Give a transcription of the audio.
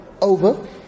over